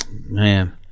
Man